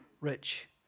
rich